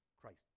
Christ